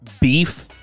beef